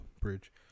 bridge